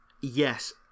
Yes